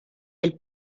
del